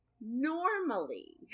normally